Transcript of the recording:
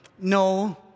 no